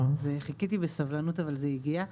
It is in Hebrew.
חיכיתי בסבלנות אבל זה הגיע.